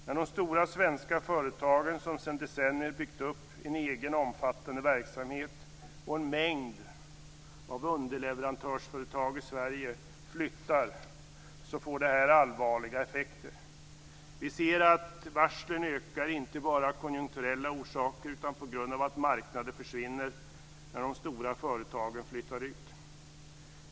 När de stora svenska företagen, som sedan decennier byggt upp en egen omfattande verksamhet och en mängd underleverantörsföretag i Sverige, flyttar, får det allvarliga effekter. Vi ser att varslen ökar, inte bara av konjunkturella orsaker, utan på grund av att marknader försvinner när de stora företagen flyttar ut.